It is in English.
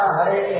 Hare